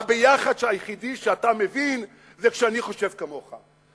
ה"ביחד" היחידי שאתה מבין זה שאני חושב כמוך.